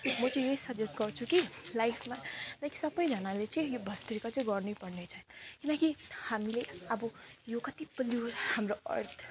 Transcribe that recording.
म चाहिँ यही सजेस्ट गर्छु कि लाइफमा लाइक सबैजनाले चाहिँ यो भस्त्रिका चाहिँ गर्नैपर्ने रहेछ किनकि हामीले अब यो कति हाम्रो अर्थ